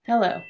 Hello